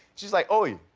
she's like, oy.